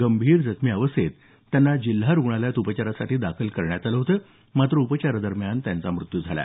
गंभीर जखमी अवस्थेत त्यांना जिल्हा रुग्णालयात उपचारासाठी दाखल करण्यात आलं होतं मात्र उपचारादरम्यान त्यांचा मृत्यू झाला